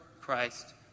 Christ